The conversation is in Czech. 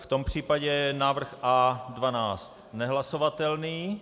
V tom případě je návrh A12 nehlasovatelný.